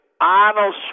Arnold